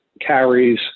carries